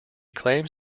claims